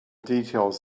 details